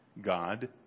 God